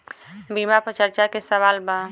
बीमा पर चर्चा के सवाल बा?